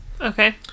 Okay